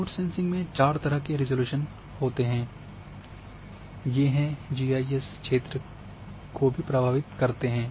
remote sensing में 4 तरह के रिज़ॉल्यूशन होते हैं और ये जीआईएस के क्षेत्र को भी प्रभावित करते हैं